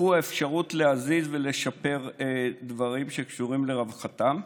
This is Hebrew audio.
קפאו האפשרויות להזיז ולשפר דברים שקשורים לרווחתם.